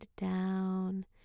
down